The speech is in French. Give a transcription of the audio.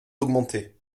augmentée